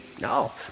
No